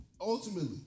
Ultimately